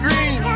Green